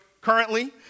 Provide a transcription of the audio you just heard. currently